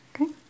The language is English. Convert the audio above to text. okay